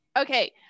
Okay